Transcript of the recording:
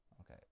Okay